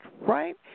right